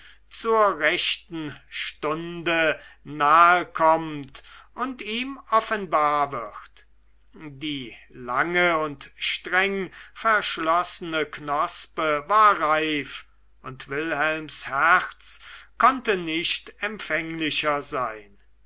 zur rechten stunde nahe kommt und ihm offenbar wird die lange und streng verschlossene knospe war reif und wilhelms herz konnte nicht empfänglicher sein